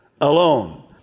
alone